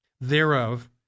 thereof